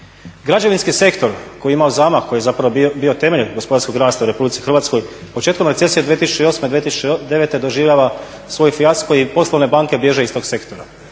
Građevinski sektor koji je imao zamah, koji je zapravo bio temelj gospodarskog rasta u Republici Hrvatskoj početkom recesije 2008. i 2009. doživljava svoj fijasko i poslovne banke bježe iz tog sektora.